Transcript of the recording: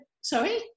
sorry